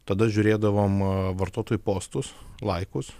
tada žiūrėdavom vartotojų postus laikus